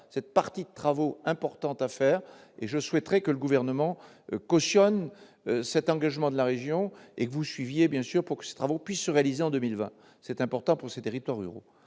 la partie de travaux importante à réaliser. Je souhaite que le Gouvernement cautionne cet engagement de la région et s'implique pour que ces travaux puissent se réaliser en 2020. C'est important pour ces territoires ruraux.